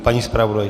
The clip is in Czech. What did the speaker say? Paní zpravodajko.